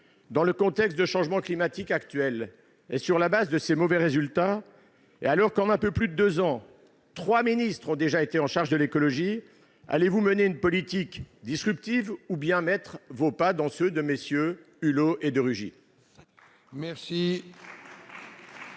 Dans le contexte de changement climatique actuel, sur la base de ces mauvais résultats, alors même que, en un peu plus de deux ans, trois ministres ont déjà été en charge de l'écologie, allez-vous mener une politique disruptive ou bien mettre vos pas dans ceux de MM. Hulot et de Rugy ?